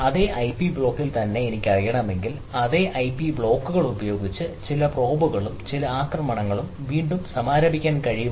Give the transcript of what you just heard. അതേ ഐപി ബ്ലോക്കിൽ തന്നെ എനിക്കറിയാമെങ്കിൽ അതേ ഐപി ബ്ലോക്കുകളുപയോഗിച്ച് ചില പ്രോബുകളും ചില ആക്രമണങ്ങളും വീണ്ടും സമാരംഭിക്കാൻ കഴിയുമോ